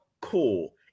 Cool